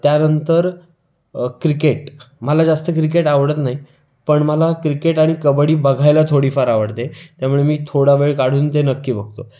त्यानंतर क्रिकेट मला जास्त क्रिकेट आवडत नाही पण मला क्रिकेट आणि कबड्डी बघायला थोडीफार आवडते त्यामुळे मी थोडा वेळ काढून ते नक्की बघतो